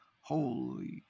holy